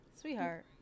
Sweetheart